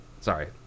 sorry